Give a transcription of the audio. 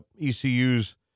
ECU's